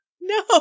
No